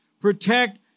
protect